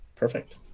Perfect